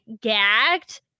gagged